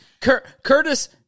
Curtis